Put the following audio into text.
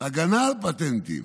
הגנה על פטנטים.